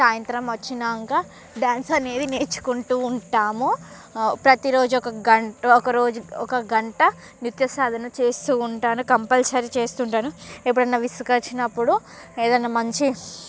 సాయంత్రం వచ్చినాక డ్యాన్స్ అనేది నేర్చుకుంటూ ఉంటాము ప్రతి రోజు ఒక గంట ఒక రోజు ఒక గంట నృత్య సాధన చేస్తూ ఉంటాను కంపల్సరీ చేస్తూ ఉంటాను ఎప్పుడైనా విసుగు వచ్చినప్పుడు ఏదైనా మంచి